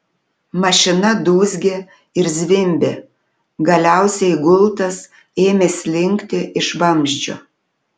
mašina dūzgė ir zvimbė galiausiai gultas ėmė slinkti iš vamzdžio